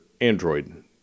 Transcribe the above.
android